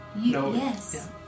yes